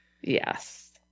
Yes